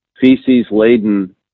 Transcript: feces-laden